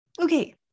Okay